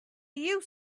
you